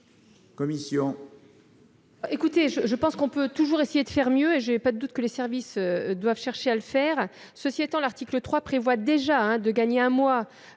commission